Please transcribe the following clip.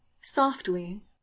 softly